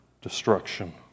destruction